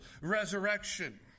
resurrection